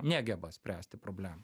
negeba spręsti problemų